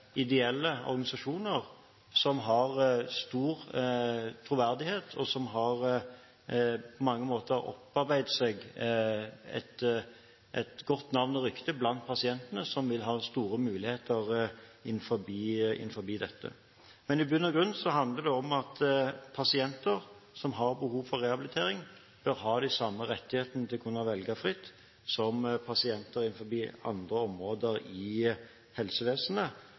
ideelle organisasjoner, som har stor troverdighet og som har opparbeidet seg et godt navn og rykte blant pasientene, som vil ha store muligheter innenfor dette feltet. Men i bunn og grunn handler det om at pasienter som har behov for rehabilitering, bør ha de samme rettighetene til å kunne velge fritt som pasienter innenfor andre områder i helsevesenet.